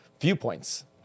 viewpoints